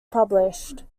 published